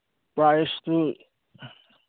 ꯄ꯭ꯔꯥꯏꯁꯇꯨ